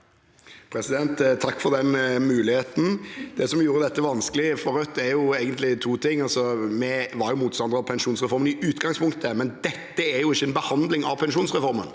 Takk for den muligheten. Det som gjorde dette vanskelig for Rødt, var egentlig to ting. Vi var motstandere av pensjonsreformen i utgangspunktet, men dette er jo ikke en behandling av pensjonsreformen.